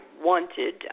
wanted